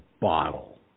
bottle